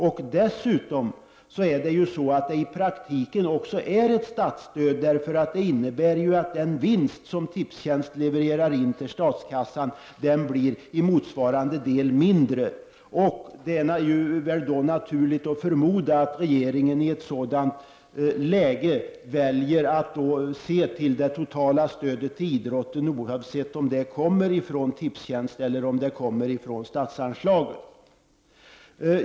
I praktiken innebär det också ett statsstöd, eftersom det innebär att den vinst som Tipstjänst levererar in till statskassan minskar i motsvarande mån. Det är naturligt att förmoda att regeringen i ett sådant läge väljer att se till det totala stödet till idrotten, oavsett om det kommer från Tipstjänst eller från statsanslaget.